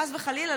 חס וחלילה,